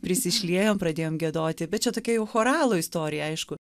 prisišliejom pradėjom giedoti bet čia tokia jau choralo istorija aišku